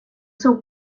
seu